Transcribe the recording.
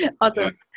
Awesome